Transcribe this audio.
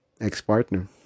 ex-partner